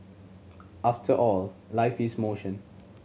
after all life is motion